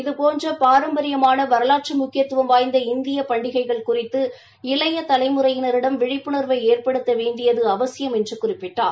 இது போன்ற பாரம்பரியமான வரலாற்று முக்கியத்துவம் வாய்ந்த இந்திய பண்டிகைகள் குறித்து இளைய தலைமுறையினரிடம் விழிப்புணர்வை ஏற்படுத்த வேண்டியது அவசியம் என்று குறிப்பிட்டார்